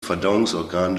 verdauungsorgan